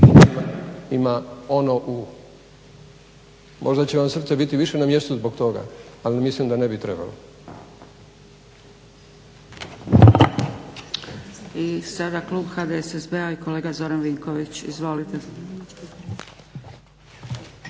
Ima ono U. Možda će vam srce biti više na mjestu zbog toga, ali mislim da ne bi trebalo. **Zgrebec, Dragica (SDP)** I sada klub HDSSB-a i kolega Zoran Vinković. Izvolite.